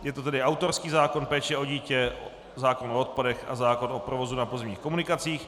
Je to tedy autorský zákon, péče o dítě, zákon o odpadech a zákon o provozu na pozemních komunikacích.